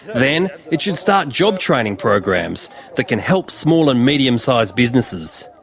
then it should start job-training programs that can help small and medium-size businesses.